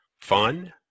fun